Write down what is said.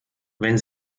wenn